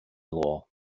law